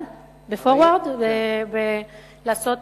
אפשר,